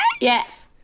Yes